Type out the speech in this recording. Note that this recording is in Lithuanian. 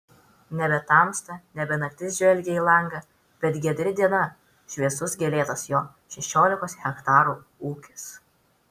nebe tamsa nebe naktis žvelgė į langą bet giedri diena šviesus gėlėtas jo šešiolikos hektarų ūkis